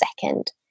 second